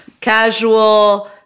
Casual